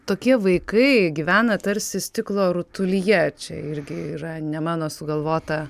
tokie vaikai gyvena tarsi stiklo rutulyje čia irgi yra ne mano sugalvota